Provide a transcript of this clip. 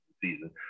season